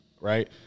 right